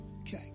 Okay